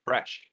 Fresh